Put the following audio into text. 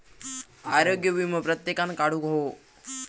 आरोग्य वीमो प्रत्येकान काढुक हवो